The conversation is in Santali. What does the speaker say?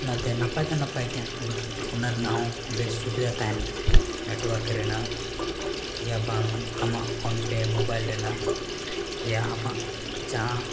ᱚᱱᱟᱛᱮ ᱱᱟᱯᱟᱭ ᱫᱚ ᱱᱟᱯᱟᱭ ᱜᱮᱭᱟ ᱵᱟᱹᱠᱤ ᱚᱱᱟ ᱨᱮᱱᱟᱜᱦᱚᱸ ᱵᱮᱥ ᱥᱩᱵᱤᱫᱷᱟ ᱛᱟᱦᱮᱱ ᱢᱟ ᱨᱮᱱᱟᱜ ᱭᱟ ᱵᱟᱝ ᱟᱢᱟᱜ ᱨᱮᱱᱟᱜ ᱭᱟ ᱟᱢᱟᱜ ᱡᱟᱦᱟᱸ